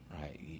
right